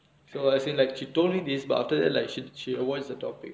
so I seen like she told me this but after that like she she avoids the topic